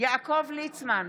יעקב ליצמן,